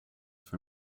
for